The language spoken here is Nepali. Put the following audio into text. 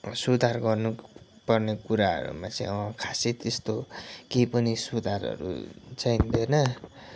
सुधार गर्नुपर्ने कुराहरूमा चाहिँ खासै त्यस्तो केही पनि सुधारहरू चाहिँदैन